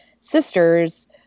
sisters